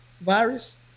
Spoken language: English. virus